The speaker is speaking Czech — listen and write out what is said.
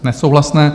Nesouhlasné.